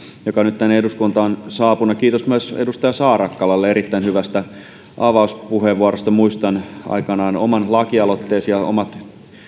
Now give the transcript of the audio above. joka on nyt tänne eduskuntaan saapunut kiitos myös edustaja saarakkalalle erittäin hyvästä avauspuheenvuorosta muistan aikanaan oman lakialoitteesi ja omat